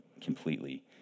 completely